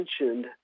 mentioned